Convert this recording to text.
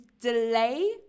delay